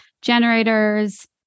generators